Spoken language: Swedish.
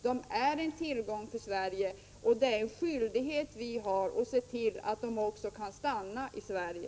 De är en tillgång för Sverige. Det är en skyldighet vi har att se till att de också kan stanna i Sverige.